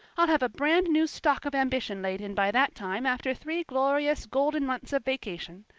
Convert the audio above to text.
i'll have a brand new stock of ambition laid in by that time after three glorious, golden months of vacation.